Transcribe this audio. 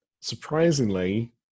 Surprisingly